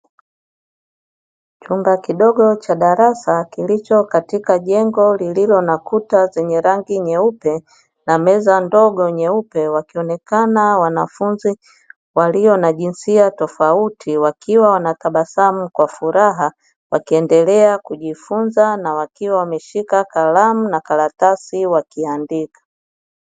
Chumba kidogo cha darasa kilicho katika jengo lililo na kuta zenye rangi nyeupe na meza ndogo nyeupe, wakionekana wanafunzi walio na jinsia tofauti wakiwa wanatabasamu kwa furaha wakiendelea kujifunza na wakiwa wameshika kalamu na karatasi wakiandika.